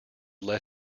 led